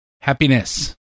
happiness